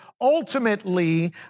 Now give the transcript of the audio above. Ultimately